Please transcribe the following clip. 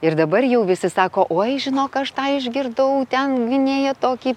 ir dabar jau visi sako oi žinok aš tą išgirdau ten gynėja tokį